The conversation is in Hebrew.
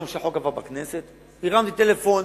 הרמתי טלפון